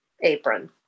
apron